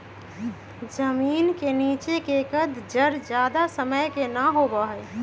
जमीन के नीचे के कंद जड़ ज्यादा समय के ना होबा हई